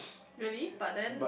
really but then